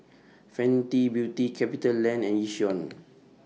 Fenty Beauty CapitaLand and Yishion